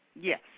Yes